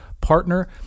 partner